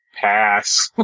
pass